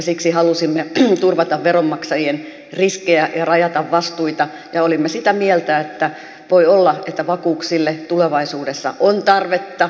siksi halusimme turvata veronmaksajien riskejä ja rajata vastuita ja olimme sitä meiltä että voi olla että vakuuksille tulevaisuudessa on tarvetta